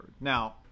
Now